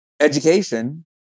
education